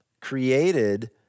created